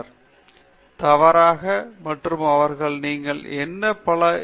வேறு எந்தப் பத்திரிகைகளும் வரவில்லை அல்லது நீங்கள் எதை உருவாக்கியிருக்கிறீர்கள் என்று சொல்ல முயற்சிக்கவில்லை